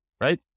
right